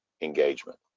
engagement